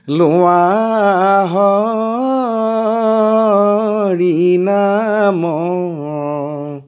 লোৱা হৰি নাম